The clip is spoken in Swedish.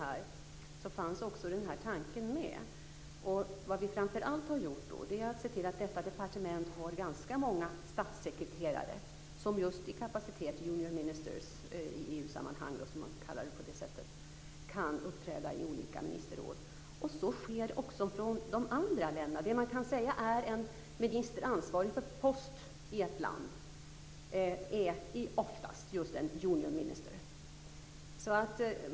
Vad vi framför allt har gjort är att vi har sett till att detta departement har ganska många statssekreterare, som just i kapacitet av junior ministers - man kallar det så i EU-sammanhang - kan uppträda i olika ministerråd. Så sker också från de andra länderna. En minister ansvarig för post i ett land är oftast just en junior minister.